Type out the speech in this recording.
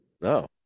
No